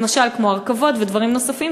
למשל הרכבות ודברים נוספים,